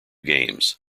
games